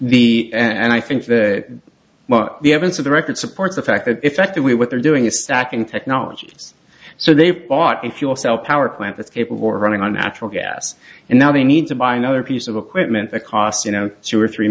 the and i think the vehemence of the record supports the fact that effectively what they're doing is stacking technologies so they've bought a fuel cell power plant that's capable of running on natural gas and now they need to buy another piece of equipment that cost you know two or three